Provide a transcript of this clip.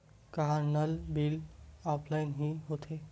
का नल bill offline हि होथे?